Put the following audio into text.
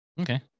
Okay